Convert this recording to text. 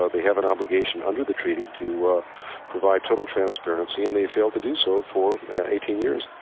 ah they have an obligation under the treaty to provide total transparency and they failed to do so for eighteen years.